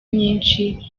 myinshi